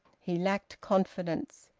he lacked confidence.